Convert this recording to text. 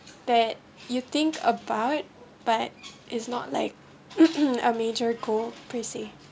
that you think about but it's not like a major goal per se